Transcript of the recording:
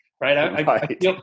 right